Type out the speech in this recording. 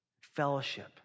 fellowship